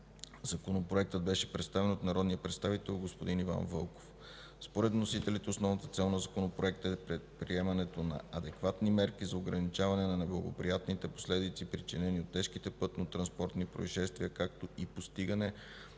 Законопроектът беше представен от народния представител господин Иван Вълков. Според вносителите основната цел на Законопроекта е предприемането на адекватни мерки за ограничаване на неблагоприятните последици, причинени от тежките пътно-транспортни произшествия, както и постигане